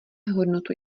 hodnotu